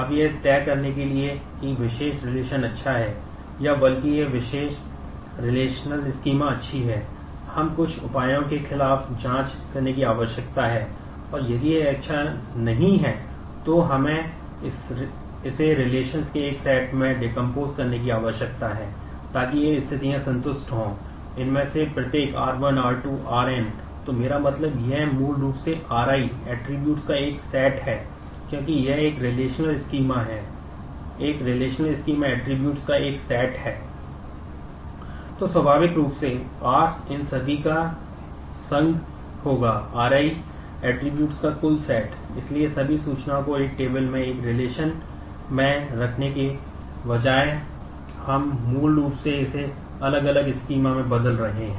तो स्वाभाविक रूप से R इन सभी का संघ में बदल रहे हैं